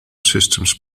systems